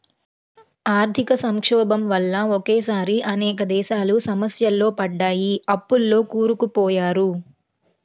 ఆర్థిక సంక్షోభం వల్ల ఒకేసారి అనేక దేశాలు సమస్యల్లో పడ్డాయి, అప్పుల్లో కూరుకుపోయారు